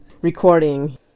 recording